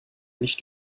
nicht